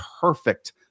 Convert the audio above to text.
perfect